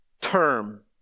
term